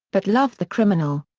but love the criminal.